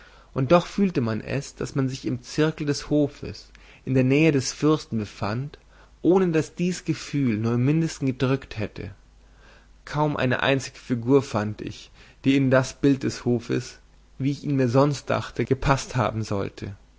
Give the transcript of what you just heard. und doch fühlte man es daß man sich im zirkel des hofes in der nähe des fürsten befand ohne daß dies gefühl nur im mindesten gedrückt hätte kaum eine einzige figur fand ich die in das bild des hofes wie ich ihn mir sonst dachte gepaßt haben sollte